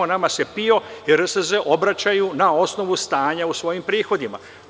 Nama se PIO i RSZ obraćaju na osnovu stanja u svojim prihodima.